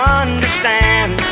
understand